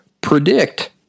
predict